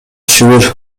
шүгүр